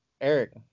Eric